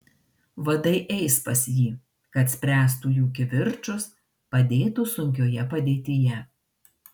vadai eis pas jį kad spręstų jų kivirčus padėtų sunkioje padėtyje